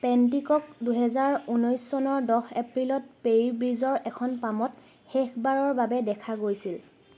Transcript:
পেণ্টিকক দুহেজাৰ ঊনৈছ চনৰ দহ এপ্ৰিলত পেৰী ব্ৰীজৰ এখন পামত শেষবাৰৰ বাবে দেখা গৈছিল